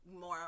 more